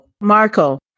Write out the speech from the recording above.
Marco